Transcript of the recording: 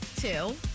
two